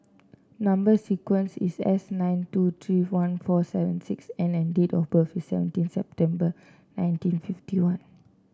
number sequence is S nine two three one four seven six N and date of birth is seventeen September nineteen fifty one